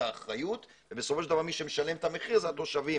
האחראיות ובסופו של דבר מי שמשלם את המחיר זה התושבים.